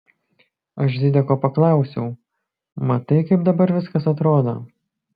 aš zideko paklausiau matai kaip dabar viskas atrodo